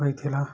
ହୋଇଥିଲା